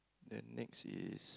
then next is